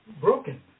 broken